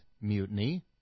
mutiny